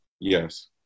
Yes